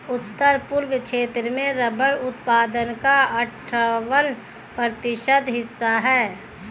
उत्तर पूर्व क्षेत्र में रबर उत्पादन का अठ्ठावन प्रतिशत हिस्सा है